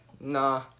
nah